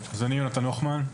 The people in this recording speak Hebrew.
אני יונתן הוכמן.